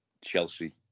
Chelsea